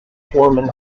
foreman